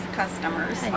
customers